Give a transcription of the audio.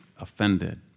offended